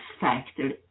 factor